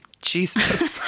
Jesus